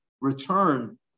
return